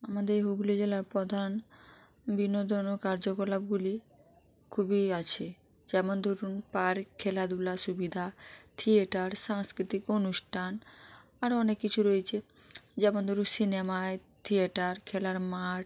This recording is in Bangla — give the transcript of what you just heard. আমাদের হুগলি জেলার প্রধান বিনোদন ও কার্যকলাপগুলি খুবই আছে যেমন ধরুন পার্ক খেলাধুলা সুবিধা থিয়েটার সাংস্কৃতিক অনুষ্টান আরও অনেক কিছু রয়েছে যেমন ধরুন সিনেমা থিয়েটার খেলার মাঠ